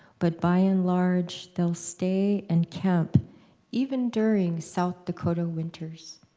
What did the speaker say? but by and large, they'll stay and camp even during south dakota winters.